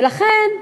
ולכן,